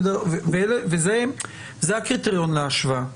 זה הקריטריון להשוואה.